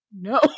no